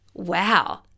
wow